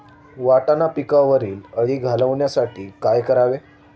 वाटाणा पिकावरील अळी घालवण्यासाठी काय करावे?